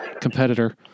competitor